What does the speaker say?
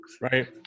right